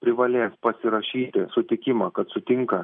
privalės pasirašyti sutikimą kad sutinka